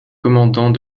commandant